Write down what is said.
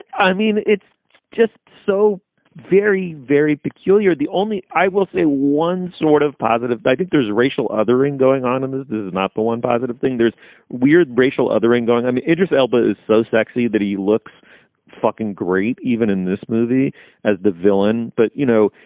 i mean, it's just so very, very peculiar. the only i will say one sort of positive. i think there's a racial othering going on and this does not. but one positive thing, there's weird racial othering going. i mean, idris elba is so sexy that he looks fucking great even in this movie as the villain. but, you know,